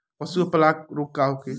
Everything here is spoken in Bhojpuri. पशु प्लग रोग का होखे?